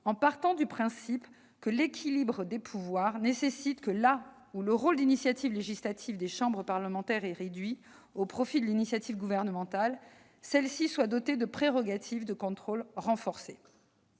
en partant du principe que l'équilibre des pouvoirs nécessite que, quand l'initiative législative des chambres parlementaires est réduite au profit de l'initiative gouvernementale, celles-ci soient dotées de prérogatives de contrôle renforcées.